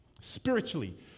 spiritually